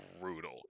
brutal